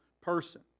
person